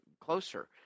closer